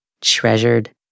treasured